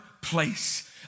place